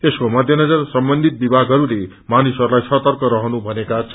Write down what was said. यसको मध्यनजर सम्बन्धित विभागहरुले मानिसहरूलाई सतर्क रहजु भनेका छन्